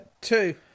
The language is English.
Two